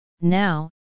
now